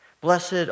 Blessed